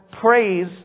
Praise